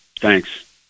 Thanks